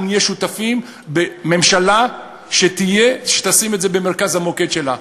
אנחנו נהיה שותפים בממשלה שתשים את זה במרכז המוקד שלה.